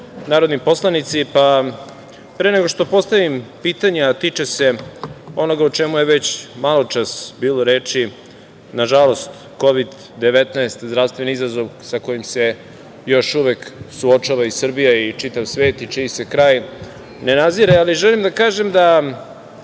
narodni poslanici, pre nego što postavim pitanje, a tiče se onoga o čemu je već maločas bilo reči, nažalost Kovid-19, zdravstveni izazov sa kojim se još uvek suočava i Srbija i čitav svet i čiji se kraj ne nazire, ali želim da kažem da